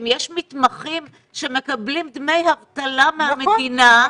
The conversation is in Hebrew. יש מתמחים שמקבלים דמי אבטלה מהמדינה,